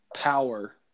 power